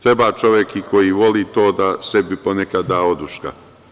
Treba čovek koji voli to da sebi ponekad da oduška.